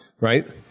right